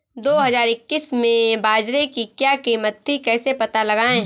दो हज़ार इक्कीस में बाजरे की क्या कीमत थी कैसे पता लगाएँ?